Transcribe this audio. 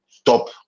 Stop